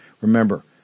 Remember